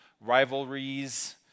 rivalries